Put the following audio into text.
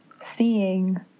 seeing